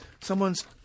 someone's